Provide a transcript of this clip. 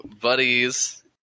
Buddies